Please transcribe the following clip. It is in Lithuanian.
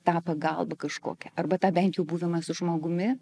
tą pagalbą kažkokią arba tą bent jau buvimą su žmogumi